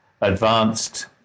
advanced